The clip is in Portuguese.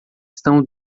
estão